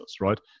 right